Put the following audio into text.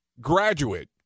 graduate